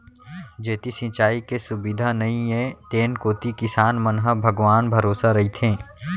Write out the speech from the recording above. जेती सिंचाई के सुबिधा नइये तेन कोती किसान मन ह भगवान भरोसा रइथें